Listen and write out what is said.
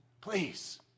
Please